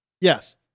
Yes